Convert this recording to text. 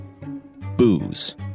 Booze